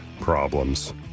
problems